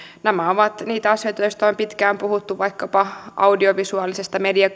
nämä ovat asioita joista on pitkään puhuttu vaikkapa audiovisuaalisen median